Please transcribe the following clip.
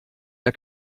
der